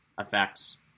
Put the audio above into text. effects